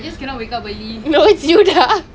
we all should go one day lah